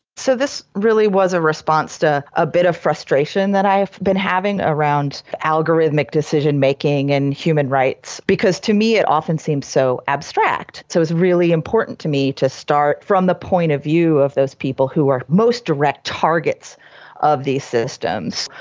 so this really was a response to a bit of frustration that i've been having around algorithmic decision-making and human rights, because to me it often seems so abstract so it's really important to me to start from the point of view of those people who are most direct targets of these systems,